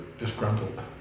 Disgruntled